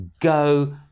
Go